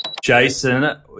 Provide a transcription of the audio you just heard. Jason